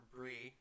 Brie